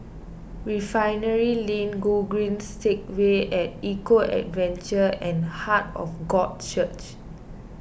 Refinery Lane Gogreen Segway at Eco Adventure and Heart of God Church